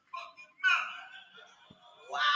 Wow